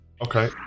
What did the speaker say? Okay